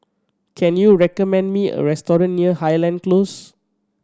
can you recommend me a restaurant near Highland Close